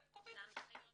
הם קובעים.